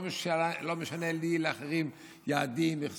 לא משנה לי, לאחרים, יעדים, מכסות.